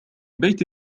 بيت